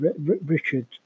Richard